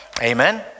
amen